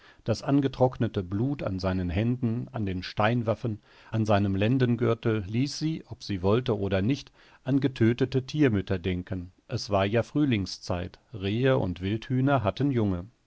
das angetrocknete blut an seinen händen an den steinwaffen an seinem lendengürtel ließ sie ob sie wollte oder nicht an getötete tiermütter denken es war ja frühlingszeit rehe und wildhühner hatten junge